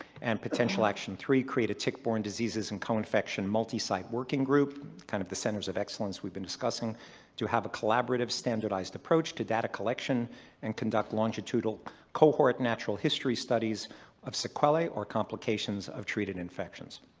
and potential action three, create a tick-borne diseases and co-infection multi-site working group kind of the centers of excellence we've been discussing to have a collaborative standardized approach to data collection and conduct longitudinal cohort natural history studies of sequelae or complications of treated infections.